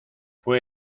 fue